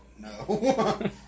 No